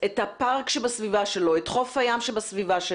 אני הרבה פעמים גם נפגש באיזה מן זריקת אחריות.